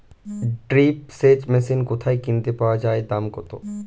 Drip সেচ machine কোথায় কিনতে পাওয়া যায় দাম কত?